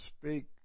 speak